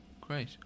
Great